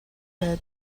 had